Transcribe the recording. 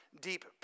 deep